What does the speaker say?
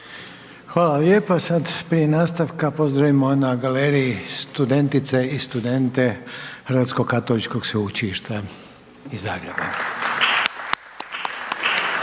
Hvala lijepa. Sad prije nastavka pozdravimo na galeriji studentice i studente Hrvatskog katoličkog sveučilišta iz